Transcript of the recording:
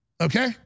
okay